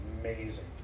amazing